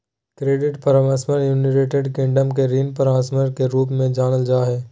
credit परामर्श के United Kingdom में ऋण परामर्श के रूप में जानल जा हइ